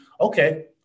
okay